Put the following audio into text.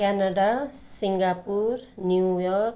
Canada Singapore New York